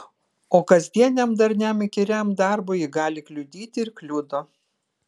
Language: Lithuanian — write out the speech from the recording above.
o kasdieniam darniam įkyriam darbui ji gali kliudyti ir kliudo